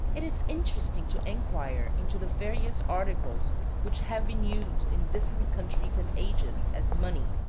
it is interesting to inquire into the various articles which have been used in different countries and ages as money.